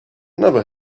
never